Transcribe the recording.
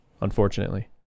unfortunately